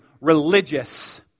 religious